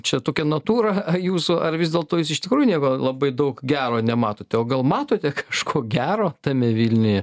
čia tokia natūra jūsų ar vis dėlto jūs iš tikrųjų nieko labai daug gero nematote o gal matote kažko gero tame vilniuje